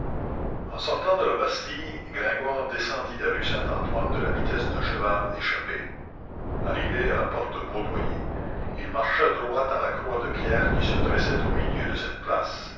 en sortant de la bastille gringoire descendit la rue saint-antoine de la vitesse d'un cheval échappé arrivé à la porte baudoyer il marcha droit à la croix de pierre qui se dressait au milieu de cette place